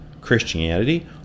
Christianity